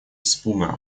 испуга